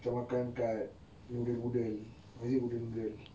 macam makan kat noodle noodle or is it oodle oodle